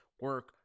Work